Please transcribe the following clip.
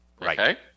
right